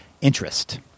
interest